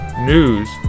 news